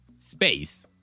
space